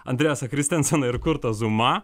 andrėjasą christenseną ir kurtą zoumą